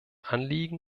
anliegen